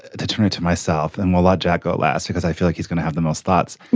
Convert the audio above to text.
determined to myself. and we'll let jack go at last because i feel like he's going to have the most thoughts.